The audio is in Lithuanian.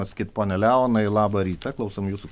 atsakyt pone leonai labą rytą klausom jūsų